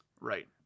Right